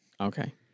Okay